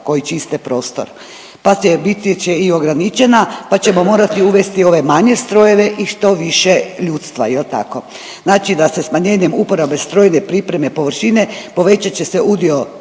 koji čiste prostor, pa biti će i ograničena pa ćemo morati uvesti ove manje strojeve i što više ljudstva jel tako. Znači da se smanjenjem uporabe strojne pripreme površine povećat će se udio